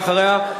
ואחריה,